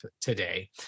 today